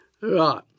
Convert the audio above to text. Right